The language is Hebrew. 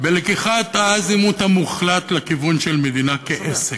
בלקיחת האזימוט המוחלט לכיוון של מדינה כעסק,